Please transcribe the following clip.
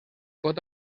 pot